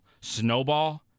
Snowball